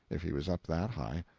if he was up that high.